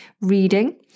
reading